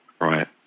right